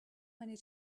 many